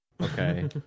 Okay